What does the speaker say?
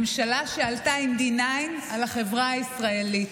ממשלה שעלתה עם D9 על החברה הישראלית.